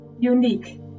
unique